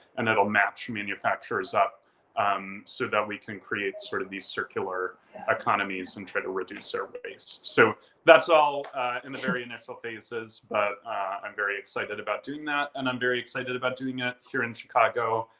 and that'll match manufacturers up um so that we can create sort of these circular economies and try to reduce their waste. so that's all in the very initial phases. but i'm very excited about doing that. and i'm very excited about doing it here in chicago,